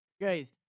guys